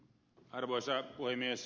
arvoisa puhemies